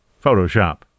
Photoshop